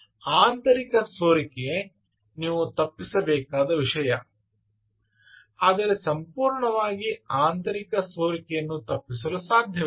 ಆದ್ದರಿಂದ ಆಂತರಿಕ ಸೋರಿಕೆ ನೀವು ತಪ್ಪಿಸಬೇಕಾದ ವಿಷಯ ಆದರೆ ಸಂಪೂರ್ಣವಾಗಿ ಆಂತರಿಕ ಸೋರಿಕೆಯನ್ನು ತಪ್ಪಿಸಲು ಸಾಧ್ಯವಿಲ್ಲ